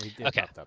Okay